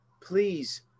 please